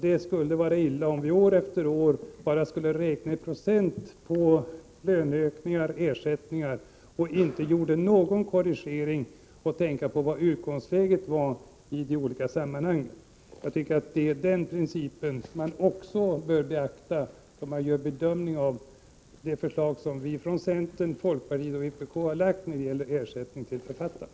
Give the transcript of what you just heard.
Det skulle vara illa om vi år efter år bara skulle räkna i procent när det gäller löneökningar och ersättningar och inte göra någon korrigering med hänsyn till utgångsläget i de olika sammanhangen. Också denna princip bör beaktas när man bedömer det förslag som vi från centern, folkpartiet och vpk har lagt fram då det gäller ersättning till författarna.